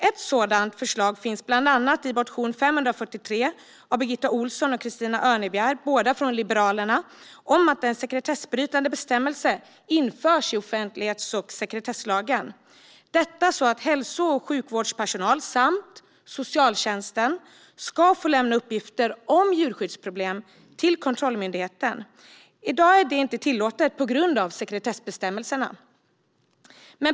Ett sådant förslag finns i motion 543 av Birgitta Ohlsson och Christina Örnebjär, båda från Liberalerna, om att införa en sekretessbrytande regel i offentlighets och sekretesslagen så att hälso och sjukvårdspersonal och socialtjänsten ska få lämna uppgifter om djurskyddsproblem till kontrollmyndigheten. I dag är det inte tillåtet på grund av sekretessbestämmelserna.